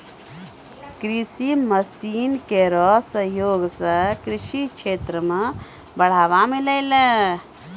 कृषि मसीन केरो सहयोग सें कृषि क्षेत्र मे बढ़ावा मिललै